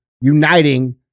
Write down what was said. uniting